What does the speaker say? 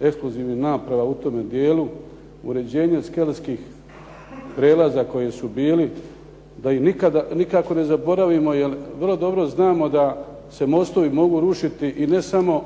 eksplozivnih naprava u tome dijelu, uređenje skelskih prijelaza koji su bili da ih nikako ne zaboravimo jer vrlo dobro znamo da se mostovi mogu rušiti ne samo